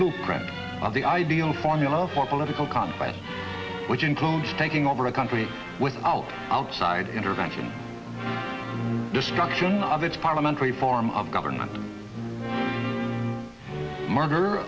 blueprint of the ideal formula for political conquests which includes taking over a country without outside intervention destruction of its parliamentary form of government murder